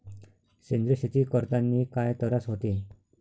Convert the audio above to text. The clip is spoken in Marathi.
सेंद्रिय शेती करतांनी काय तरास होते?